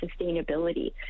sustainability